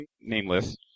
nameless